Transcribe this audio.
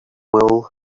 wool